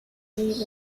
required